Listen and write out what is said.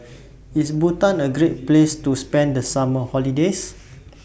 IS Bhutan A Great Place to spend The Summer holidays